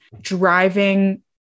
driving